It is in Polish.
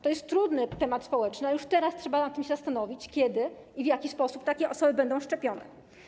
To jest trudny temat społeczny, a już teraz trzeba się zastanowić nad tym, kiedy i w jaki sposób takie osoby będą szczepione.